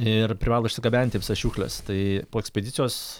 ir privalo išsigabenti visas šiukšles tai po ekspedicijos